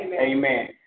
Amen